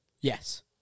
Yes